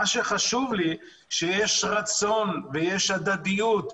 חשוב לי שיש רצון והדדיות,